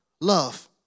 Love